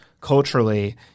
Culturally